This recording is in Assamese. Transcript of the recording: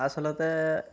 আচলতে